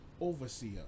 overseer